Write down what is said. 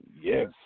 Yes